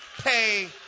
pay